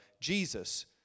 Jesus